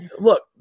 Look